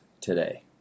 today